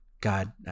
God